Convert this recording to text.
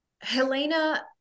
Helena